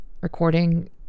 recording